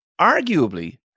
arguably